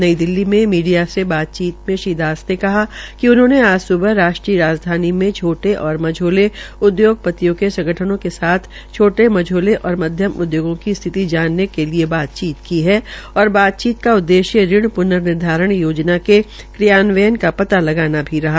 नई दिल्ली में मीडिया से बातचीत में श्री दास ने कहा कि उन्होंने आज स्बह राष्ट्रीय राजधानी में छोटे और मझोले उदयोगपतियों के संगठनों के साथ छोटे मझौले और मध्यम उदयोगों की स्थिति जानने की बातचीत की है और बातचीत का उददेश्य ऋण प्ननिर्धारण योजना के क्रियान्वयन का पता लगाना भी रहा